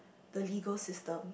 the legal system